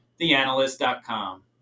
theanalyst.com